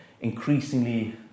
increasingly